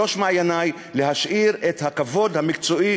בראש מעייני להשאיר את הכבוד המקצועי